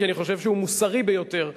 כי אני חושב שהוא מוסרי ביותר,